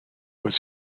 was